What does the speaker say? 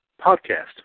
podcast